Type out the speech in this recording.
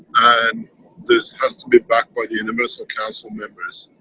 and this has to be backed by the universal council members.